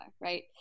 right